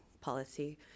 policy